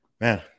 man